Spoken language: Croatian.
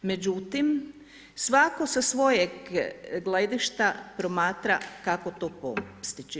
Međutim, svatko sa svojeg gledišta promatra kako to postići.